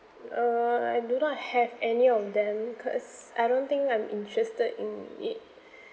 uh I do not have any of them cause I don't think I'm interested in it